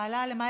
להשיב?